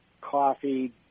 coffee